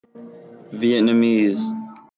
Vietnamese